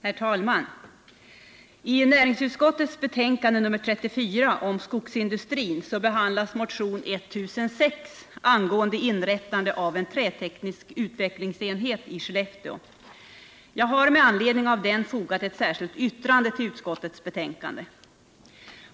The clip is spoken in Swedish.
Herr talman! I näringsutskottets betänkande nr 34 om skogsindustrin behandlas motionen 1006 angående inrättande av en träteknisk utvecklingsenhet i Skellefteå. Jag har med anledning av den motionen fogat ett särskilt yttrande till utskottets betänkande.